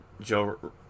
Joe